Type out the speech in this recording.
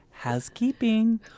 Housekeeping